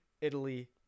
Italy